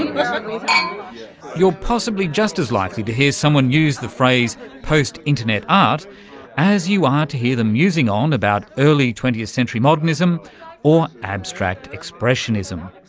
and you're possibly just as likely to hear someone use the phrase post-internet art as you are to hear them musing on about early twentieth century modernism or abstract expressionism.